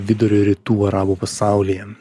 vidurio rytų arabų pasaulyje